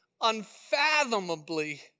unfathomably